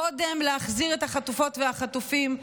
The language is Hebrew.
קודם להחזיר את החטופות והחטופים,